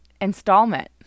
installment